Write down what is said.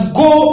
go